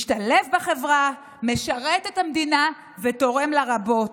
משתלב בחברה, משרת את המדינה ותורם לה רבות.